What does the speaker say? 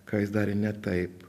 ką jis darė ne taip